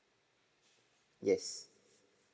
yes